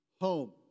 home